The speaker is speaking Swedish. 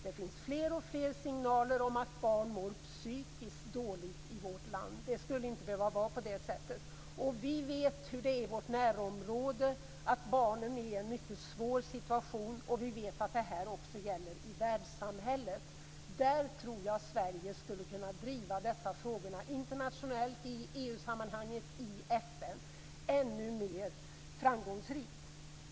Det finns fler och fler signaler om att barn mår psykiskt dåligt i vårt land. Det skulle inte behöva vara på det sättet. Vi vet hur det är i vårt närområde. Barnen är i en mycket svår situation. Vi vet att det också gäller i världssamhället. Där tror jag Sverige skulle kunna driva dessa frågor internationellt i EU-sammanhang och i FN ännu mer framgångsrikt.